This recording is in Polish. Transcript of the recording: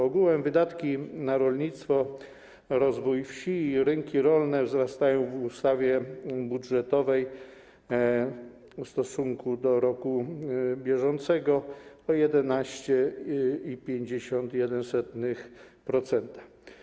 Ogółem wydatki na rolnictwo, rozwój wsi i rynki rolne wzrastają w ustawie budżetowej w stosunku do roku bieżącego o 11,51%.